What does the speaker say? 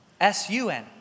S-U-N